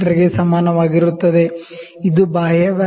ಗೆ ಸಮಾನವಾಗಿರುತ್ತದೆ ಇದು ಬಾಹ್ಯ ವ್ಯಾಸ